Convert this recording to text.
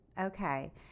Okay